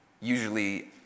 usually